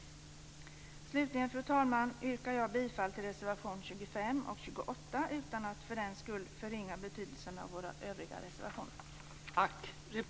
Slutligen, fru talman, yrkar jag bifall till reservation 25 och 28 utan att för den skull förringa betydelsen av våra övriga reservationer.